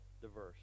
diverse